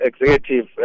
executive